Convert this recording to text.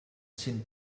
sind